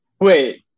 Wait